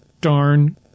darn